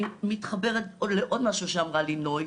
אני מתחברת פה לעוד משהו שאמרה לינוי